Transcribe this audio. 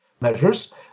measures